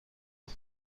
بود